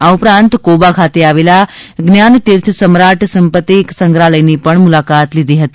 આ ઉપરાંત કોબા ખાતે આવેલા જ્ઞાનતીર્થ સમ્રાટ સંપતિ સંગ્રહાલયની પણ મુલાકાત લીધી હતી